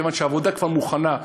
כיוון שהעבודה כבר מוכנה,